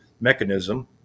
mechanism